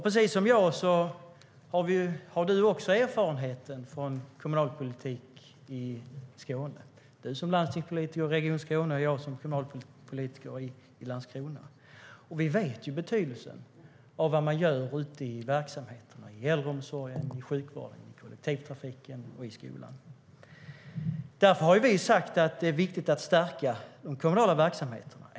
Precis som jag har också du erfarenhet från kommunalpolitik i Skåne - du som landstingspolitiker i Region Skåne och jag som kommunalpolitiker i Landskrona. Vi känner till betydelsen av vad man gör ute i verksamheterna - i äldreomsorgen och i sjukvården, i kollektivtrafiken och i skolan. Därför har vi sagt att det är viktigt att stärka de kommunala verksamheterna.